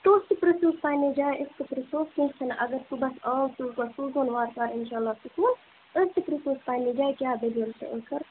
تُہۍ تہِ پِرٛژھِو پنٛنہِ جاے أسۍ تہِ پِرٛژھو کینٛہہ چھُنہٕ اگر صُبحَس آو وارٕ کارِ انشاء اللہ سکوٗل أسۍ تہِ پِرٛژھوس پنٛنہِ جاے کیٛاہ دلیٖل چھِ ٲخر